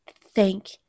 thank